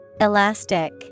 Elastic